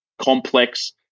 complex